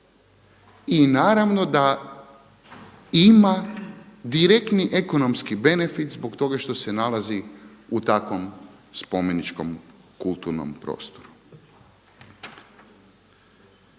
I naravno da ima direktni ekonomski benefit zbog toga što se nalazi u takvom spomeničkom, kulturnom prostoru.